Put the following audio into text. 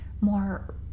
more